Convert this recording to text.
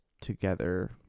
together